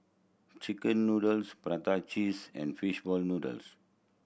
chicken noodles prata cheese and fishball noodles